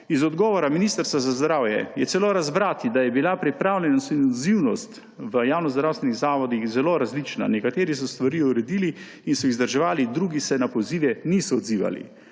Iz odgovora Ministrstva za zdravje je celo razbrati, da je bila pripravljenost in odzivnost v javnozdravstvenih zavodih zelo različna. Nekateri so stvari uredili in so jih vzdrževali, drugi se na pozive niso odzivali.